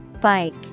Bike